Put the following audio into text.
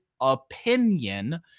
opinion